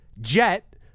Jet